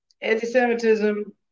anti-semitism